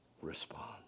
respond